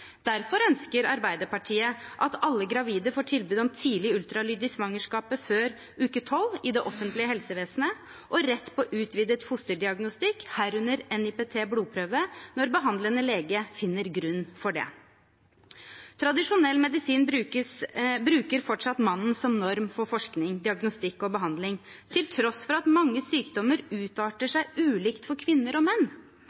Derfor ønsker Arbeiderpartiet at alle gravide får tilbud i det offentlige helsevesenet om tidlig ultralyd i svangerskapet før uke 12, og rett til utvidet fosterdiagnostikk, herunder NIPT-blodprøve, når behandlende lege finner grunn for det. Tradisjonell medisin bruker fortsatt mannen som norm for forskning, diagnostikk og behandling, til tross for at mange sykdommer